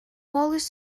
wallace